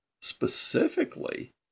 specifically